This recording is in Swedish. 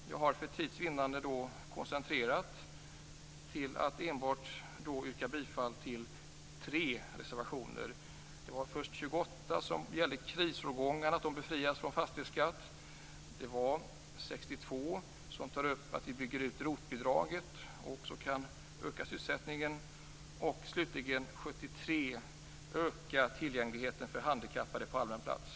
Jag har för tids vinnande enbart yrkat bifall till tre reservationer, nämligen nr 28, som gäller att krisårgångarna befrias från fastighetsskatt, nr 62, där vi föreslår att vi bygger ut ROT-bidraget och därmed kan öka sysselsättningen, och slutligen nr 37